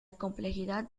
complejidad